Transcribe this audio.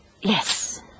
Yes